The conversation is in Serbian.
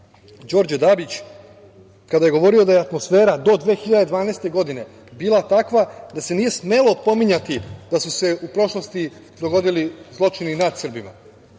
Đorđe Dabić, kada je govorio da je atmosfera do 2012. godine bila takva da se nije smelo pominjati da su se u prošlosti dogodili zločini nad Srbima. Dakle,